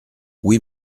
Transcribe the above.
oui